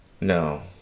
No